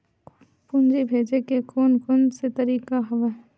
पूंजी भेजे के कोन कोन से तरीका हवय?